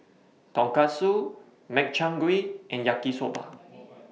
Tonkatsu Makchang Gui and Yaki Soba